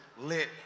lit